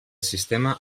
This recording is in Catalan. sistema